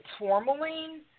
tourmaline